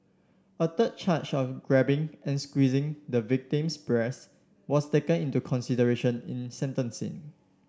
a third charge of grabbing and squeezing the victim's breasts was taken into consideration in sentencing